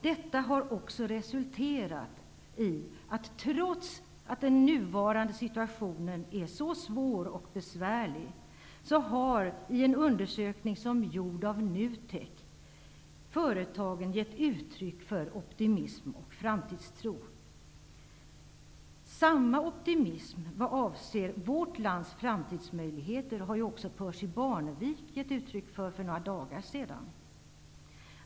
Detta har, trots att den nuvarande situationen är så svår och besvärlig, enligt en undersökning gjord av NUTEK också resulterat i att företagen gett uttryck för optimism och framtidstro. Samma optimism vad avser vårt lands framtidsmöjligheter gav också Percy Barnevik uttryck för för några dagar sedan.